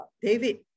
David